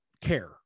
care